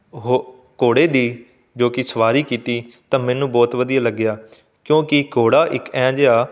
ਉਹ ਘੋੜੇ ਦੀ ਜੋ ਕਿ ਸਵਾਰੀ ਕੀਤੀ ਤਾਂ ਮੈਨੂੰ ਬਹੁਤ ਵਧੀਆ ਲੱਗਿਆ ਕਿਉਂਕਿ ਘੋੜਾ ਇੱਕ ਇਹੋ ਜਿਹਾ